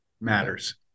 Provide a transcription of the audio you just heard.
matters